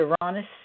Uranus